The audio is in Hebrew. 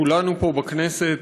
כולנו פה בכנסת,